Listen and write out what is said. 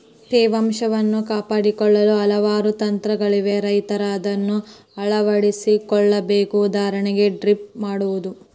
ತೇವಾಂಶವನ್ನು ಕಾಪಾಡಿಕೊಳ್ಳಲು ಹಲವಾರು ತಂತ್ರಗಳಿವೆ ರೈತರ ಅದನ್ನಾ ಅಳವಡಿಸಿ ಕೊಳ್ಳಬೇಕು ಉದಾಹರಣೆಗೆ ಡ್ರಿಪ್ ಮಾಡುವುದು